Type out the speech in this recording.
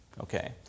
Okay